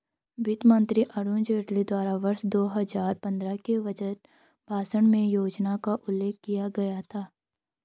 वित्त मंत्री अरुण जेटली द्वारा वर्ष दो हजार पन्द्रह के बजट भाषण में योजना का उल्लेख किया गया था